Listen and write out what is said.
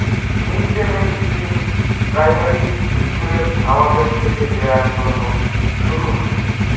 mid day meal scheme primary হিস্কুলের ছাওয়াদের খেতে দেয়ার তন্ন শুরু হসে